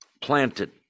planted